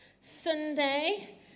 Sunday